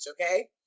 Okay